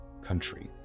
country